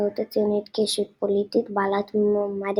בהסתדרות הציונית כישות פוליטית בעלת מעמד